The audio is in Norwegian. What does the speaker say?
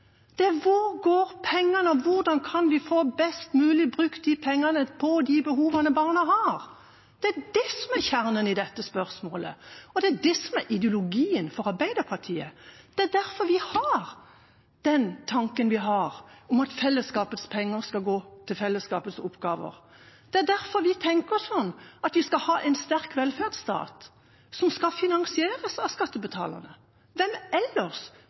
det handler om hvor pengene går, og hvordan vi best mulig kan få brukt de pengene på de behovene barna har. Det er det som er kjernen i dette spørsmålet, og det er det som er ideologien for Arbeiderpartiet. Det er derfor vi har den tanken vi har, om at fellesskapets penger skal gå til fellesskapets oppgaver. Det er derfor vi tenker at vi skal ha en sterk velferdsstat som skal finansieres av skattebetalerne. Hvem ellers